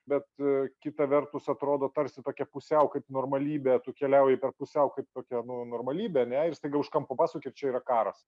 bet kita vertus atrodo tarsi tokia pusiau kaip normalybė tu keliauji per pusiau kaip tokia nu normalybė ar ne ir staiga už kampo pasuki ir čia yra karas